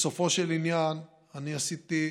בסופו של עניין אני עשיתי,